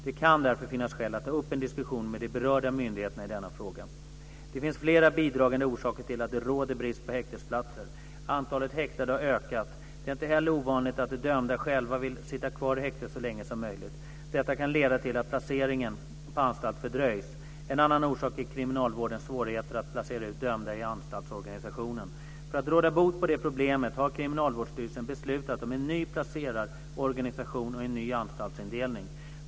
Det kan därför finnas skäl att ta upp en diskussion med de berörda myndigheterna i denna fråga. Det finns flera bidragande orsaker till att det råder brist på häktesplatser. Antalet häktade har ökat. Det är inte heller ovanligt att de dömda själva vill sitta kvar i häktet så länge som möjligt. Detta kan leda till att placeringen på anstalt fördröjs. En annan orsak är kriminalvårdens svårigheter att placera ut dömda i anstaltsorganisationen. För att råda bot på det problemet har Kriminalvårdsstyrelsen beslutat om en ny placerarorganisation och en ny anstaltsindelning.